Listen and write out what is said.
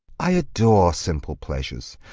i adore simple pleasures.